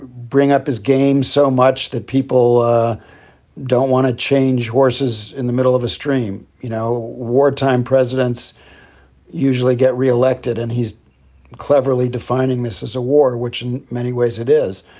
bring up his game so much that people don't want to change horses in the middle of a stream. you know, wartime presidents usually get reelected. and he's cleverly defining this as a war, which in many ways it is.